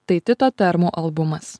tai tito termo albumas